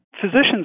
Physicians